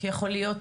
כי יכול להיות,